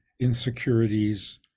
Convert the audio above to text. insecurities